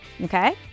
okay